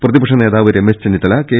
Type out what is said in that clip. പ്രതി പക്ഷ നേതാവ് രമേശ് ചെന്നിത്തല കെ